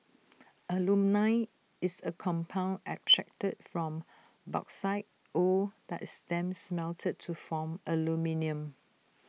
alumina is A compound extracted from bauxite ore that is then smelted to form aluminium